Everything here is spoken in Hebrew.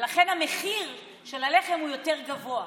ולכן המחיר של הלחם יותר גבוה,